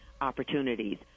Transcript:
opportunities